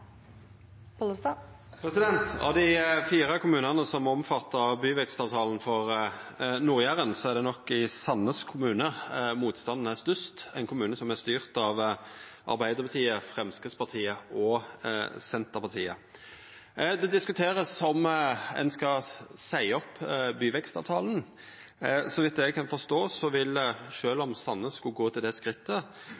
av byvekstavtalen for Nord-Jæren, er det nok i Sandnes kommune at motstanden er størst, ein kommune som er styrt av Arbeidarpartiet, Framstegspartiet og Senterpartiet. Det vert diskutert om ein skal seia opp byvekstavtalen. Så vidt eg kan forstå, vil,